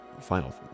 final